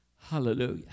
hallelujah